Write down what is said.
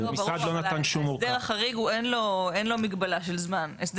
ההסדר החריג, אין לו מגבלה של זמן.